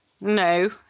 no